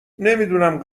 نمیدونم